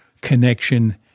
connection